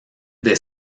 des